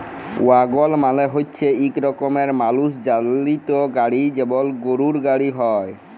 ওয়াগল মালে হচ্যে ইক রকমের মালুষ চালিত গাড়হি যেমল গরহুর গাড়হি হয়